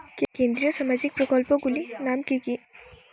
কেন্দ্রীয় সামাজিক প্রকল্পগুলি নাম কি কি?